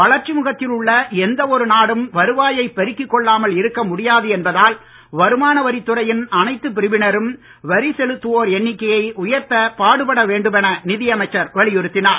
வளர்ச்சி முகத்தில் உள்ள எந்த ஒரு நாடும் வருவாயைப் பெருக்கிக் கொள்ளாமல் இருக்க முடியாது என்பதால் வருமானவரித் துறையின் அனைத்து பிரிவினரும் வரி செலுத்துவோர் எண்ணிக்கையை உயர்த்தப் பாடுபட வேண்டும் என நிதிஅமைச்சர் வழியுறுத்தினார்